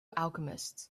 alchemists